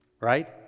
right